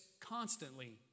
constantly